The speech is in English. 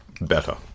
better